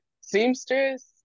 seamstress